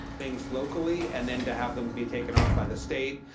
things locally, and then to have them be taken on by the state